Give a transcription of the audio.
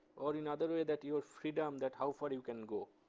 or in other way that your freedom, that how far you can go.